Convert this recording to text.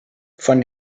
von